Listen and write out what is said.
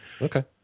Okay